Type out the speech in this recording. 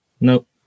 Nope